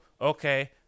okay